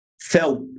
felt